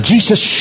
Jesus